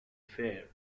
fair